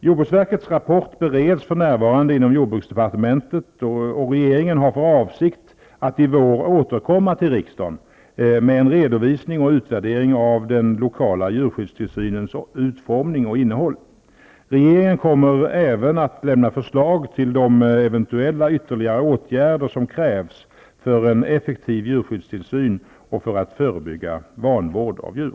Jordbruksverkets rapport bereds för närvarande inom jordbruksdepartementet, och regeringen har för avsikt att i vår återkomma till riksdagen med en redovisning och utvärdering av den lokala djurskyddstillsynens utformning och innehåll. Regeringen kommer även att lämna förslag till de eventuella ytterligare åtgärder som krävs för en effektiv djurskyddstillsyn och för att förebygga vanvård av djur.